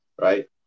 right